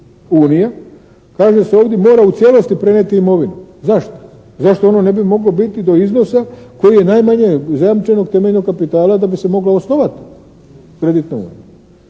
unija kaže se ovdje mora u cijelosti prenijeti imovinu. Zašto? Zašto ono ne bi moglo biti do iznosa koji je najmanje zajamčenog temeljnog kapitala da bi se mogla osnovati kreditna unija.